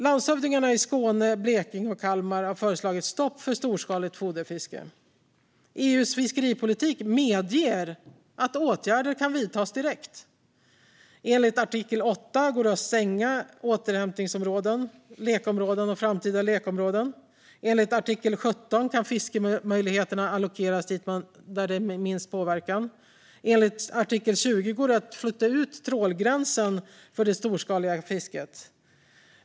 Landshövdingarna i Skåne, Blekinge och Kalmar har föreslagit stopp för storskaligt foderfiske. EU:s fiskeripolitik medger att åtgärder vidtas direkt. Enligt artikel 8 går det att stänga återhämtningsområden, lekområden och framtida lekområden. Enligt artikel 17 kan fiskemöjligheter allokeras dit där det är minst påverkan. Enligt artikel 20 går det att flytta ut trålgränsen för det storskaliga fisket.